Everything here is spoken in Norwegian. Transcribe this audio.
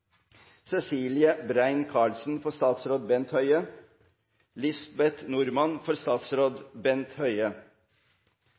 Cecilie Brein-Karlsen, for statsråd Bent Høie Lisbeth Normann, for statsråd